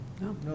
no